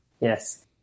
Yes